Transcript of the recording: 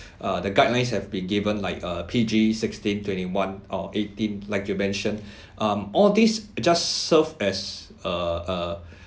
uh the guidelines have been given like a P_G sixteen twenty one or eighteen like you mention um all these just serve as err err